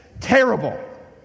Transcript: terrible